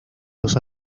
los